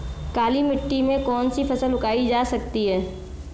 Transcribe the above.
काली मिट्टी में कौनसी फसल उगाई जा सकती है?